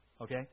Okay